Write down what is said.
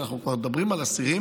אם אנחנו כבר מדברים על אסירים,